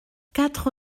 quatre